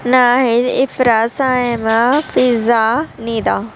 Nahid Afra Saima Fizza Nida